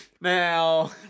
Now